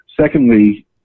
Secondly